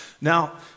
Now